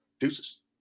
Deuces